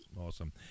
Awesome